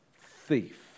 thief